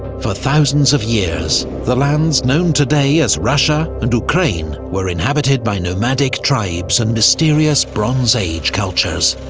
for thousands of years, the lands known today as russia and ukraine were inhabited by nomadic tribes and mysterious bronze age cultures.